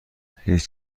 هیچ